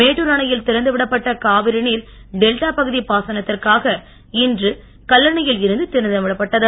மேட்டூர் அணையில் திறந்து விடப்பட்ட காவிரி நீர் டெல்டா பகுதி பாசனத்திற்காக இன்று கல்லணையில் இருந்து திறந்து விடப்பட்டது